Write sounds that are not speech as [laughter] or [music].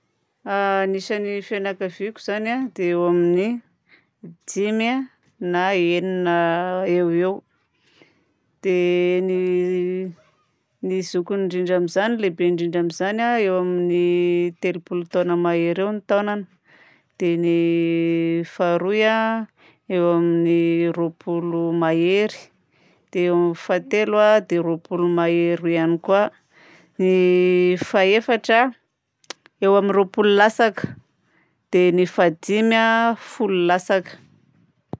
A [hesitation] ny isan'ny fianakaviako zany a dia eo amin'ny dimy na enina eo ho eo. Dia ny zokiny indrindra amin'izany, ny lehibe indrindra amin'izany, eo amin'ny telopolo taona mahery eo ny taonany. Dia ny faharoy a, eo amin'ny roapolo mahery. Dia eo amin'ny fahatelo a dia roapolo mahery ihany koa. Dia fahefatra eo amin'ny roapolo latsaka. Dia ny fahadimy a folo latsaka.